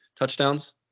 touchdowns